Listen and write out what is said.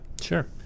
sure